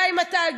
גם עם התאגיד,